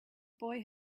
boy